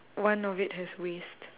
one of it has waste